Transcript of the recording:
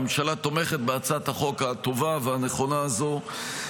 הממשלה תומכת בהצעת החוק הטובה והנכונה הזאת,